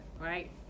right